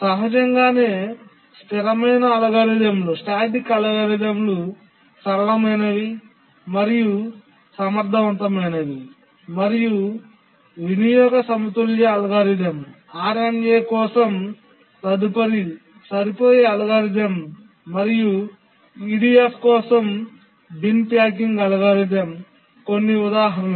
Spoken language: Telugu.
సహజంగానే స్థిరమైన అల్గోరిథంలు సరళమైనవి మరియు సమర్థవంతమైనవి మరియు వినియోగ సమతుల్య అల్గోరిథం RMA కోసం తదుపరి సరిపోయే అల్గోరిథం మరియు EDF కోసం బిన్ ప్యాకింగ్ అల్గోరిథం కొన్ని ఉదాహరణలు